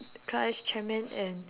class chairman and